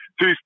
two